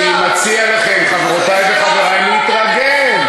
אני מציע לכם, חברותי וחברי, להתרגל.